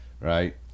right